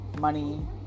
Money